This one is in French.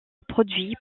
produits